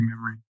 memory